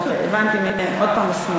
הבנתי, עוד הפעם השמאל.